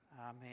amen